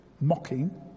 mocking